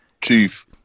Chief